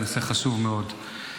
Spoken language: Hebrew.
זה נושא חשוב מאוד.